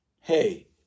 Hey